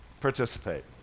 participate